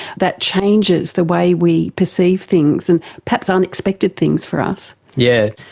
that changes the way we perceive things, and perhaps unexpected things for us. yeah